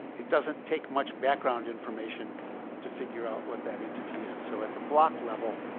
it doesn't take much background information to figure out what that entity is. so at the block level,